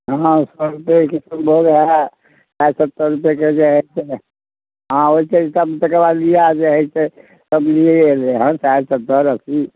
हँ सओ रुपैए किसनभोग हइ साठि सत्तरि रुपैएके जे हइ से अहाँ ओहिके हिसाब तकर बाद लिअऽ जे हेतै फजलिए अएलै हइ साठि सत्तरि अस्सी